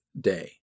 day